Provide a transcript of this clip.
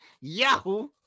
Yahoo